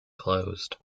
closed